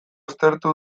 aztertu